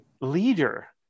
leader